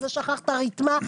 זה שכח את הרתמה,